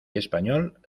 español